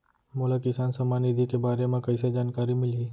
मोला किसान सम्मान निधि के बारे म कइसे जानकारी मिलही?